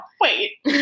wait